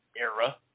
era